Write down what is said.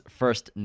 first